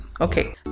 Okay